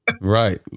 Right